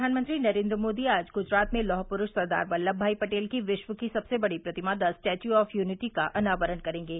प्रधानमंत्री नरेन्द्र मोदी आज गुजरात में लौह पुरूष सरदार वल्लम भाई पटेल की विश्व की सबसे बड़ी प्रतिमा द स्टैच्यू ऑफ यूनिटी का अनावरण करेंगे